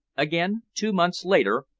again, two months later,